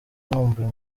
nkumbuye